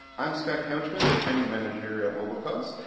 i'm scott couchman, the training manager at mobilecause.